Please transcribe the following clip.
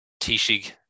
Tishig